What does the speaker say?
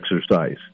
exercise